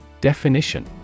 Definition